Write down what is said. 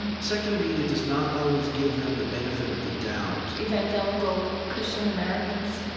and secular media does not always give them the benefit of the doubt evangelical christian americans?